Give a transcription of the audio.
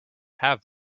have